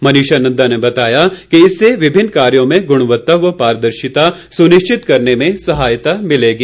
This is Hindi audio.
मनीषा नंदा ने बताया कि इससे विभिन्न कार्यों में गुणवत्ता व पारदर्शिता सुनिश्चित करने में सहायता मिलेगी